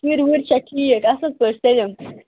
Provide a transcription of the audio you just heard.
شُرۍ وُرۍ چھا ٹھیٖک اَصٕل پٲٹھۍ سٲلِم